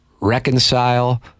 Reconcile